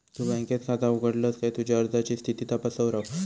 तु बँकेत खाता उघडलस काय तुझी अर्जाची स्थिती तपासत रव